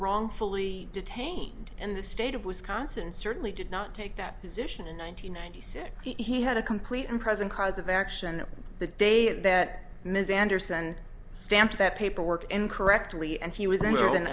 wrongfully detained and the state of wisconsin certainly did not take that position in one thousand nine hundred six he had a complete and present cause of action the day that ms anderson stamped that paperwork incorrectly and he was in